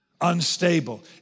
unstable